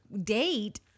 date